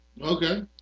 Okay